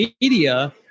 media